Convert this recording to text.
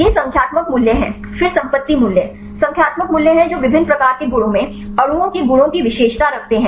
ये संख्यात्मक मूल्य हैं फिर संपत्ति मूल्य संख्यात्मक मूल्य हैं जो विभिन्न प्रकार के गुणों में अणुओं के गुणों की विशेषता रखते हैं